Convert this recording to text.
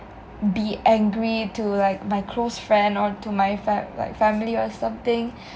be angry to like my close friend or to my fam~ like family or something